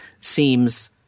seems